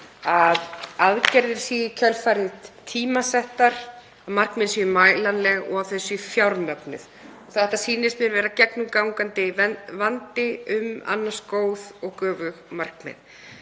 að aðgerðir séu í kjölfarið tímasettar og markmið mælanleg og fjármögnuð. Þetta sýnist mér vera gegnumgangandi vandi í annars góðum og göfugum markmiðum.